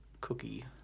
cookie